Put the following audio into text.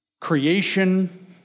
creation